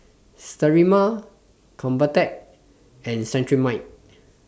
Sterimar Convatec and Cetrimide